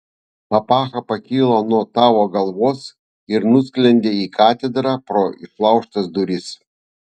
papacha pakilo nuo tavo galvos ir nusklendė į katedrą pro išlaužtas duris